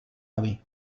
avi